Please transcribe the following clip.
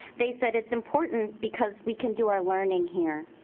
they said it's important because we can do our learning here.